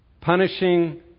Punishing